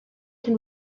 can